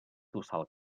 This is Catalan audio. tossal